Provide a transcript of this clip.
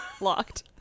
Locked